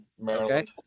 Maryland